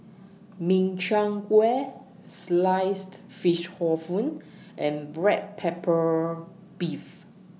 Min Chiang Kueh Sliced Fish Hor Fun and Black Pepper Beef